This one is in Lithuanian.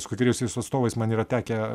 su kai kuriais jos atstovais man yra tekę